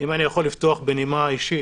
אם אני יכול לפתוח בנימה אישית